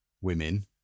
women